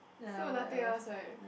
so nothing else right